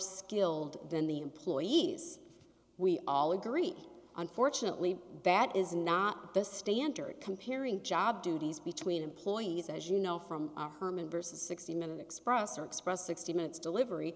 skilled than the employees we all agree on fortunately that is not the standard comparing job duties between employees as you know from herman versus sixty minute express or express sixty minutes delivery